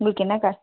உங்களுக்கு என்னக்கா